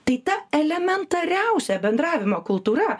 tai ta elementariausia bendravimo kultūra